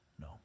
No